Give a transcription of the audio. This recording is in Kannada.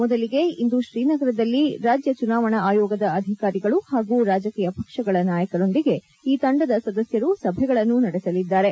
ಮೊದಲಿಗೆ ಇಂದು ಶ್ರೀನಗರದಲ್ಲಿ ರಾಜ್ಯ ಚುನಾವಣಾ ಆಯೋಗದ ಅಧಿಕಾರಿಗಳು ಹಾಗೂ ರಾಜಕೀಯ ಪಕ್ಷಗಳ ನಾಯಕರೊಂದಿಗೆ ಈ ತಂಡದ ಸದಸ್ಯರು ಸಭೆಗಳನ್ನು ನಡೆಸಲಿದ್ದಾರೆ